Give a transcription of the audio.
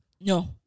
No